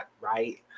right